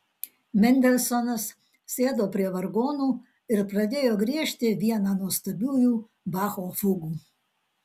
mendelsonas sėdo prie vargonų ir pradėjo griežti vieną nuostabiųjų bacho fugų